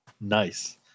Nice